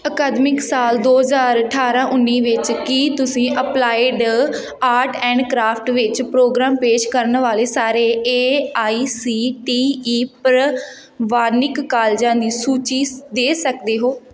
ਅਕਾਦਮਿਕ ਸਾਲ ਦੋ ਹਜ਼ਾਰ ਅਠਾਰਾਂ ਉੱਨੀ ਵਿੱਚ ਕੀ ਤੁਸੀਂ ਅਪਲਾਈਡ ਆਰਟ ਐਂਡ ਕਰਾਫਟ ਵਿੱਚ ਪ੍ਰੋਗਰਾਮ ਪੇਸ਼ ਕਰਨ ਵਾਲੇ ਸਾਰੇ A I C T E ਪ੍ਰਵਾਨਿਕ ਕਾਲਜਾਂ ਦੀ ਸੂਚੀ ਦੇ ਸਕਦੇ ਹੋ